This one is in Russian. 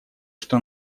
что